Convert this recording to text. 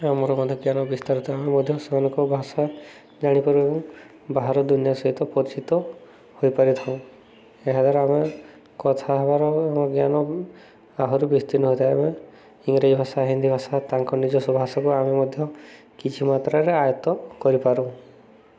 ଆମର ମଧ୍ୟ ଜ୍ଞାନ ବିସ୍ତାରଥାଏ ଆମେ ମଧ୍ୟ ସେମାନଙ୍କ ଭାଷା ଜାଣିପାରୁ ଏବଂ ବାହାର ଦୁନିଆ ସହିତ ପରିଚିତ ହୋଇପାରିଥାଉ ଏହାଦ୍ୱାରା ଆମେ କଥା ହେବାର ଆମ ଜ୍ଞାନ ଆହୁରି ବିସ୍ତୀର୍ଣ୍ଣ ହୋଇଥାଏ ଇଂରାଜୀ ଭାଷା ହିନ୍ଦୀ ଭାଷା ତାଙ୍କ ନିଜ ସବୁ ଭାଷାକୁ ଆମେ ମଧ୍ୟ କିଛି ମାତ୍ରାରେ ଆୟତ କରିପାରୁ